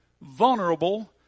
vulnerable